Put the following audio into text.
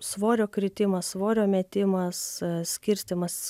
svorio kritimas svorio metimas skirstymas